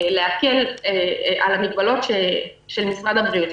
להקל על המגבלות של משרד הבריאות,